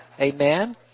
Amen